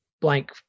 blank